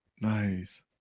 nice